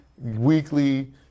weekly